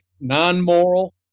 non-moral